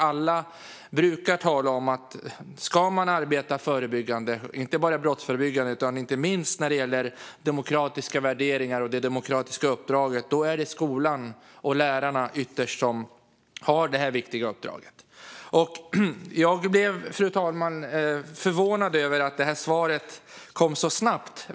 Alla brukar tala om att om man ska arbeta förebyggande - inte bara brottsförebyggande utan inte minst också när det gäller demokratiska värderingar och det demokratiska uppdraget - är det ytterst skolan och lärarna som har detta viktiga uppdrag. Jag blev, fru talman, förvånad över att svaret kom så snabbt.